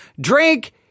drink